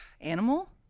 animal